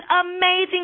amazing